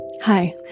Hi